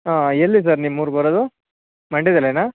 ಹಾಂ ಎಲ್ಲಿ ಸರ್ ನಿಮ್ಮೂರು ಬರೋದು ಮಂಡ್ಯದಲ್ಲೆನಾ